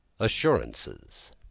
Assurances